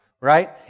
right